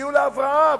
שהגיעו להבראה,